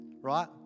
right